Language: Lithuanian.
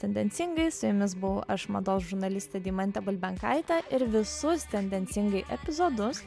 tendencingai su jumis buvau aš mados žurnalistė deimantė bulbenkaitė ir visus tendencingai epizodus